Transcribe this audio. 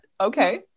okay